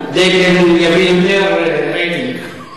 דקל יביא יותר רייטינג.